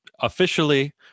officially